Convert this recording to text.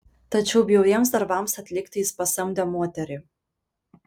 tačiau bjauriems darbams atlikti jis pasamdė moterį